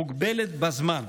מוגבלת בזמן.